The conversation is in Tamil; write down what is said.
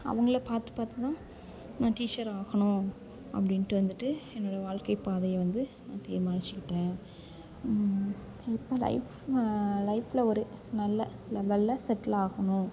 அவங்களை பார்த்து பார்த்து தான் நான் டீச்சர் ஆகணும் அப்படின்ட்டு வந்துட்டு என்னோடய வாழ்க்கை பாதையை வந்து நான் தீர்மானித்துக்கிட்டேன் இப்போ லைஃப் லைஃபில் ஒரு நல்ல லெவலில் செட்டில் ஆகணும்